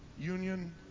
union